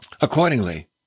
accordingly